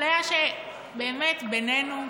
אפליה שבאמת, בינינו,